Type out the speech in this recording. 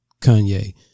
Kanye